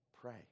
pray